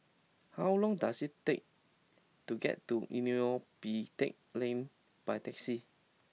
how long does it take to get to Neo Pee Teck Lane by taxi